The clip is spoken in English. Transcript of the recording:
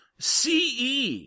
CE